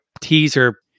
teaser